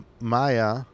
Maya